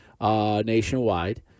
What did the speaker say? Nationwide